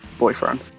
boyfriend